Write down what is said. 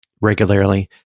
regularly